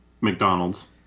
McDonald's